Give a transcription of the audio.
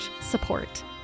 support